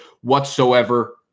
whatsoever